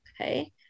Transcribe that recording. okay